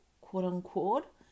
quote-unquote